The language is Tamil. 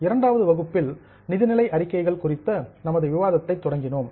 இரண்டாவது வகுப்பில் பைனான்சியல் ஸ்டேட்மெண்ட்ஸ் நிதிநிலை அறிக்கைகள் குறித்த நமது விவாதத்தை தொடங்கினோம்